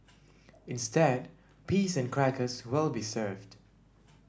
instead peas and crackers will be served